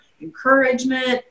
encouragement